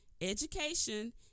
education